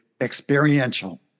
experiential